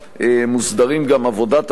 מוסדרים גם עבודת הוועדות,